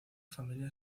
familia